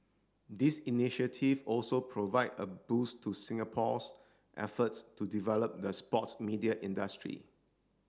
this initiative also provide a boost to Singapore's efforts to develop the sports media industry